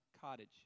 cottage